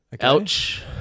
ouch